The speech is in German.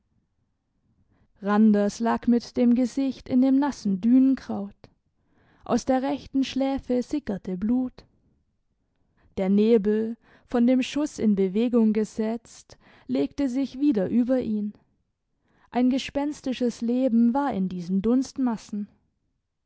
randers lag mit dem gesicht in dem nassen dünenkraut aus der rechten schläfe sickerte blut der nebel von dem schuss in bewegung gesetzt legte sich wieder über ihn ein gespenstisches leben war in diesen